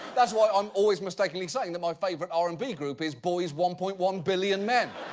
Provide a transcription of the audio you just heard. that's why i'm always mistakenly saying that my favorite r and b group is boyz one point one billion men.